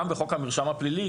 גם בחוק המרשם הפלילי,